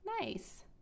nice